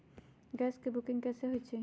Gas के booking कैसे होईछई?